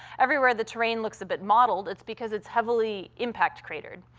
everywhere the terrain looks a bit modeled, it's because it's heavily impact-cratered,